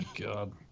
God